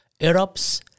Arabs